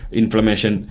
inflammation